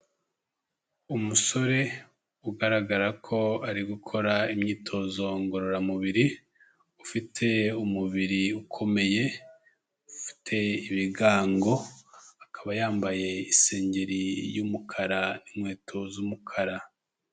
Umusore ugaragara ko ari gukora imyitozo ngororamubiri, ufite umubiri ukomeye, ufite ibigango, akaba yambaye isengeri y'umukara n'inkweto z'umukara.